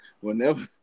Whenever